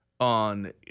On